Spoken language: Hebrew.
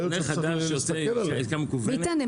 עולה חדש שעושה עסקה מקוונת --- ביטן,